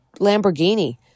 Lamborghini